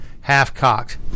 half-cocked